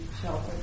shelter